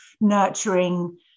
nurturing